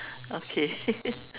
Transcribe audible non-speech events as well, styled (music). okay (laughs)